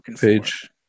page